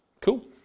Cool